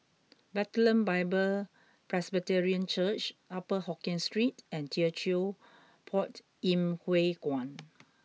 Bethlehem Bible Presbyterian Church Upper Hokkien Street and Teochew Poit Ip Huay Kuan